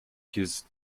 his